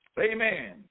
Amen